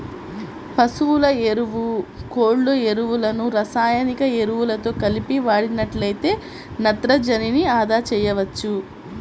పశువుల ఎరువు, కోళ్ళ ఎరువులను రసాయనిక ఎరువులతో కలిపి వాడినట్లయితే నత్రజనిని అదా చేయవచ్చు